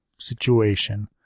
situation